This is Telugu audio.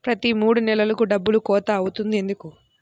ప్రతి మూడు నెలలకు డబ్బులు కోత అవుతుంది ఎందుకు?